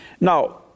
Now